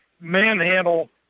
manhandle